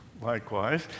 likewise